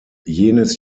jenes